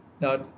Now